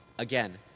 Again